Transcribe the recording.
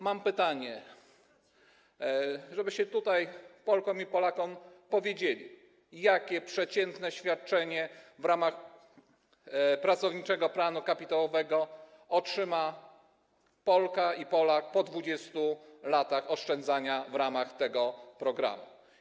Mam pytanie, tak żebyście to Polkom i Polakom powiedzieli: Jakie przeciętne świadczenie w ramach pracowniczego planu kapitałowego otrzymają Polka i Polak po 20 latach oszczędzania w ramach tego programu?